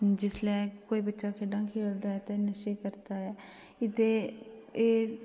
जिसलै कोई बच्चा खेढां खेलदा ऐ ते नशे करदा ऐ एह्दे एह्